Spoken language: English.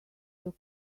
your